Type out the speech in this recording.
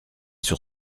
sur